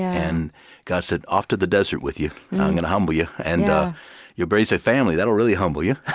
and god said, off to the desert with you. i'm gonna humble you. and you raise a family, that'll really humble you.